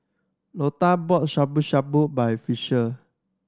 Lotta bought Shabu Shabu by Fisher